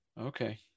Okay